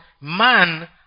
man